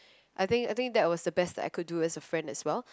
I think I think that's the best I could do as a friend as well